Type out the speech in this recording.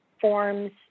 forms